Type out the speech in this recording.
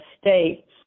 states